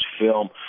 film